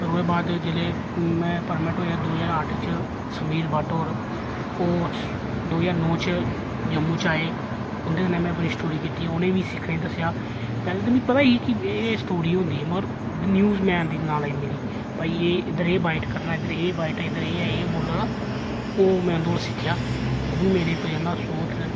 ओह्दे बाद जिसलै में परमानेंट होएआ दो ह्जार अट्ठ च समीर बट होर ओह् दो ज्हार नौ च जम्मू च आए उंदे कन्नै में बड़ी स्टोरियां कीतिया उ'नें गी सिक्खने गी दस्सेआ पैहले ते मिगी पता हा कि एह् एह् स्टोरी होंदी ऐ मगर न्यूज मैन दी नालेज मिली भाई एह् इद्धर एह् बाइट करना इद्धर एह् बाइट ऐ इद्धर ऐ इद्धर ऐ बोला दा ओह् में उं'दे कोला सिक्खेआ ओह् बी मेरे प्रेरना स्रोत न